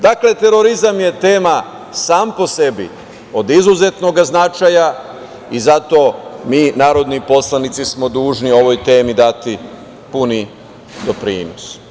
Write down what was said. Dakle, terorizam je tema sam po sebi od izuzetnog značaja i zato mi narodni poslanici smo duži ovoj temi dati puni doprinos.